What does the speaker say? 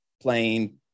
playing